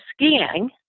skiing